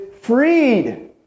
freed